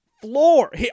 floor